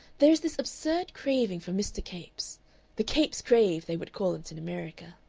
there is this absurd craving for mr. capes the capes crave they would call it in america.